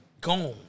gone